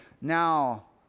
Now